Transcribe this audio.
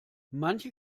manche